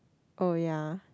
oh ya